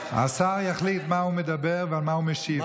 השר מחליט על מה הוא מדבר ועל מה הוא משיב.